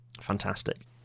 fantastic